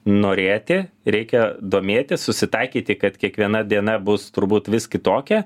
norėti reikia domėtis susitaikyti kad kiekviena diena bus turbūt vis kitokia